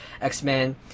X-Men